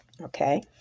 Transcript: Okay